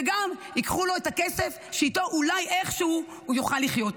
וגם ייקחו לו את הכסף שאיתו אולי איכשהו הוא יוכל לחיות.